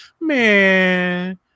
Man